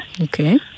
Okay